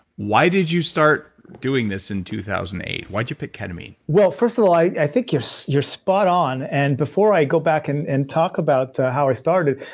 why did you start doing this in two thousand and eight? why'd you pick ketamine? well, first of all, i i think you're you're spot on. and before i go back and and talk about how i started,